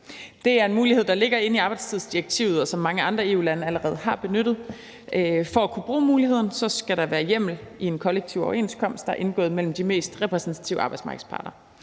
Det er en mulighed, der ligger inde i arbejdstidsdirektivet, og som mange andre EU-lande allerede har benyttet. For at kunne bruge muligheden skal der være hjemmel i en kollektiv overenskomst, der er indgået mellem de mest repræsentative arbejdsmarkedsparter.